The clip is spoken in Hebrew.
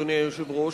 אדוני היושב-ראש,